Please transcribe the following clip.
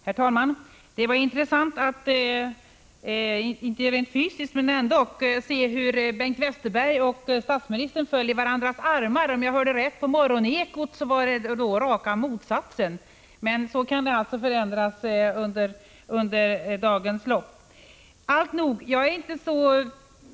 Herr talman! Det var intressant att notera hur Bengt Westerberg och statsministern — även om det inte var rent fysiskt — föll i varandras armar. Det var raka motsatsen till förhållandet i Morgonekot, om jag hörde rätt, men sådant kan förändras under dagens lopp.